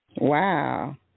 Wow